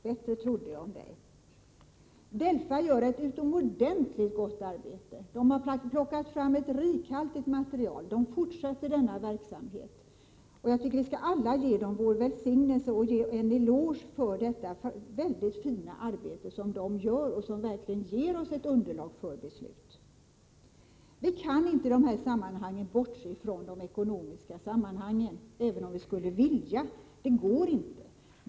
Bättre trodde jag om Lars-Ove Hagberg. DELFA gör ett utomordentligt gott arbete. Man har plockat fram ett rikhaltigt material, och den verksamheten fortsätter. Jag tycker att vi alla skall ge dem som arbetar med detta vår välsignelse och en eloge för det mycket fina arbete de utför och som verkligen ger oss ett underlag för beslut. Vi kan inte när det gäller de här frågorna bortse från de ekonomiska sammanhangen, även om vi skulle vilja. Det går inte.